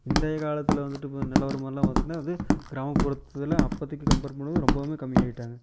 இன்றைய காலத்தில் வந்துவிட்டு இப்போ நிலவரமெல்லாம் பார்த்துட்டினா வந்து கிராமப்புறத்து இதில் அப்பதிக்கு கம்பேர் பண்ணும்போது ரொம்பவுமே கம்மியாயிவிட்டாங்க